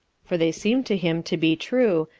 for they seemed to him to be true,